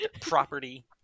property